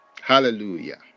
Hallelujah